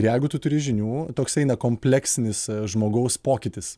ir jeigu tu turi žinių toks eina kompleksinis žmogaus pokytis